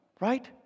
right